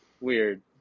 Weird